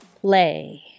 play